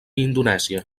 indonèsia